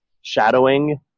shadowing